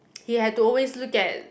he had to always look at